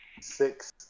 six